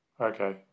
Okay